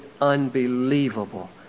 unbelievable